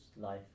life